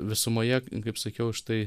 visumoje kaip sakiau štai